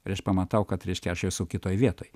ir aš pamatau kad reiškia aš esu kitoj vietoj